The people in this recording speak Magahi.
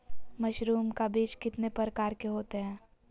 मशरूम का बीज कितने प्रकार के होते है?